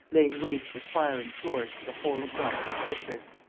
laying waste with fire and sword the whole obnoxious district.